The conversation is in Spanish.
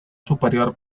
superior